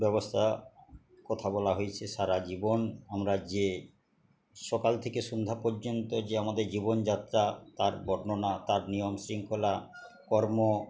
ব্যবস্থা কথা বলা হয়েছে সারা জীবন আমরা যে সকাল থেকে সন্ধ্যা পর্যন্ত যে আমাদের জীবনযাত্রা তার বর্ণনা তার নিয়ম শৃঙ্খলা কর্ম